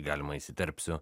galima įsiterpsiu